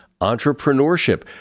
entrepreneurship